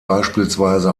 beispielsweise